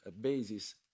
basis